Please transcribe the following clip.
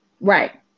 Right